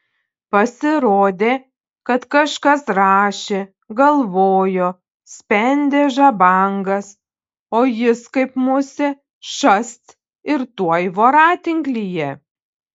pasirodė kad kažkas rašė galvojo spendė žabangas o jis kaip musė šast ir tuoj voratinklyje